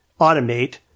automate